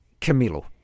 Camilo